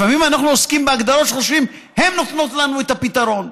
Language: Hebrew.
לפעמים אנחנו עוסקים בהגדרות שחושבים שהן נותנות לנו את הפתרון.